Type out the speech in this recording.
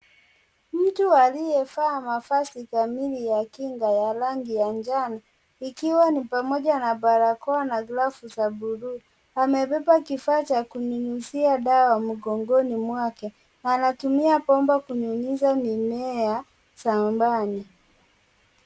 Mtu aliyevaaa mavazi kamili ya kinga, ya rangi ya njano ikiwa ni pamoja na barakoa na glavu za buluu. Amebeba kifaa cha kunyunyizia dawa mgongoni mwake anatumia bomba kunyunyizia mimea shambani.